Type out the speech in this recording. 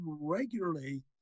regularly